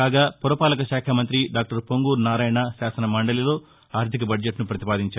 కాగా పురపాలక శాఖ మంతి డాక్టర్ పొంగూరు నారాయణ శాసనమండలిలో అర్దిక బడ్జెట్ను ప్రపతిపాదించారు